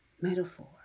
metaphor